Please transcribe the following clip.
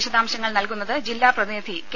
വിശദാംശങ്ങൾ നൽകുന്നത് ജില്ലാ പ്രതിനിധി കെ